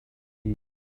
east